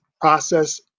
process